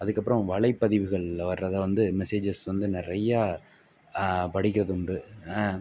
அதுக்கப்புறம் வலைப்பதிவுகளில் வர்றத வந்து மெசேஜஸ் வந்து நிறையா படிக்கிறது உண்டு